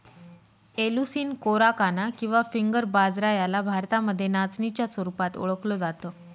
Eleusine coracana किंवा finger बाजरा याला भारतामध्ये नाचणीच्या स्वरूपात ओळखल जात